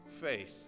faith